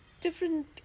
different